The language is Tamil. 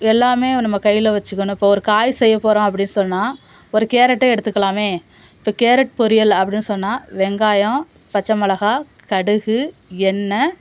எல்லாமே நம்ம கையில் வச்சிக்கணும் இப்போ ஒரு காய் செய்யப்போகிறோம் அப்படி சொன்னால் ஒரு கேரட்டே எடுத்துக்குலாமே இப்போ கேரட் பொரியல் அப்படின்னு சொன்னால் வெங்காயம் பச்சை மெளகாய் கடுகு எண்ணெய்